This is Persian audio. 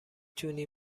تونی